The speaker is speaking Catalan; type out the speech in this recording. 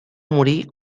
morir